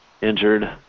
injured